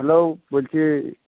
hello বলছি